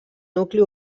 nucli